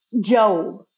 Job